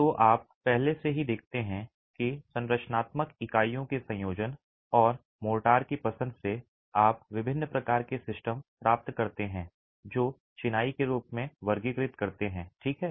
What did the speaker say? तो आप पहले से ही देखते हैं कि संरचनात्मक इकाइयों के संयोजन और मोर्टार की पसंद से आप विभिन्न प्रकार के सिस्टम प्राप्त कर सकते हैं जो चिनाई के रूप में वर्गीकृत करते हैं ठीक है